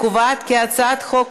אף אחד מכם לא מבין את החוק הזה.